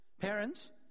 Parents